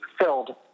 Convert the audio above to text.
filled